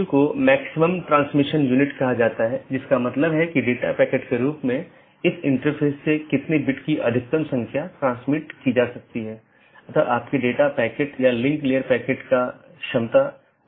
क्योंकि प्राप्त करने वाला स्पीकर मान लेता है कि पूर्ण जाली IBGP सत्र स्थापित हो चुका है यह अन्य BGP साथियों के लिए अपडेट का प्रचार नहीं करता है